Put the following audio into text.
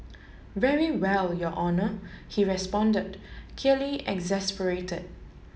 very well your honour he responded clearly exasperated